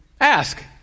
ask